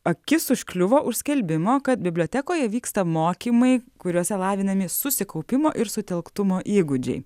akis užkliuvo už skelbimo kad bibliotekoje vyksta mokymai kuriuose lavinami susikaupimo ir sutelktumo įgūdžiai